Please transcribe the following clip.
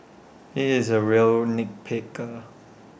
he is A real nit picker